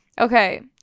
Okay